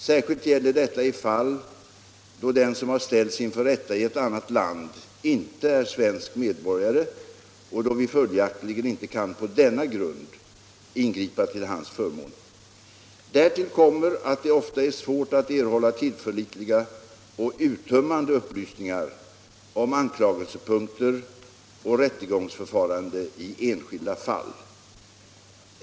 Särskilt gäller detta i fall då den som har ställts inför rätta i ett annat land inte är svensk medborgare och då vi följaktligen inte kan på denna grund ingripa till hans förmån. Därtill kommer att det ofta är svårt att erhålla tillförlitliga och uttömmande upplysningar om anklagelsepunkter och rättegångsförfarandet i enskilda fall.